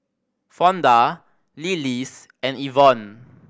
Fonda Lillis and Evonne